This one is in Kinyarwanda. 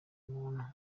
umuntu